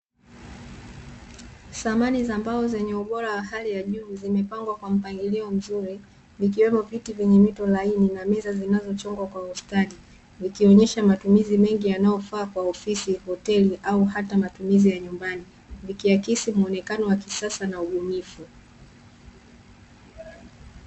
Samani za mbao zenye ubora wa hali ya juu zimepangwa kwa mpangilio mzuri, vikiwemo viti vyenye mito laini na meza zinazochongwa kwa ustadi ikionyesha matumizi mengi yanayofaa kwa ofisi, hoteli au hata matumizi ya nyumbani vikiakisi muonekano wa kisasa na ubunifu.